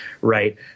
Right